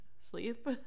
Sleep